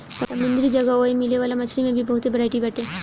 समुंदरी जगह ओए मिले वाला मछरी में भी बहुते बरायटी बाटे